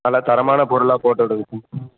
நல்லா தரமான பொருளாக போட்டுவிடுங்க ம் ம்